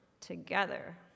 Together